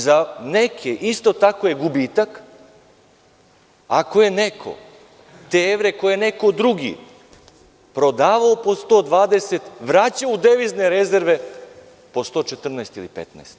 Za neke je isto tako gubitak ako je neko te evre koje je neko drugi prodavao po 120, vraćao u devizne rezerve po 114 ili 115.